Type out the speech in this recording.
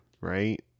right